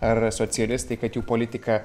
ar socialistai kad jų politika